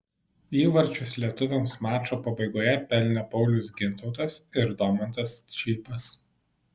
įvarčius lietuviams mačo pabaigoje pelnė paulius gintautas ir domantas čypas